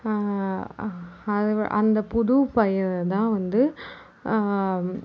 அது அந்த புது பயிரை தான் வந்து